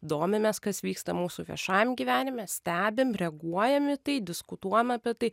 domimės kas vyksta mūsų viešajam gyvenime stebim reaguojam į tai diskutuojam apie tai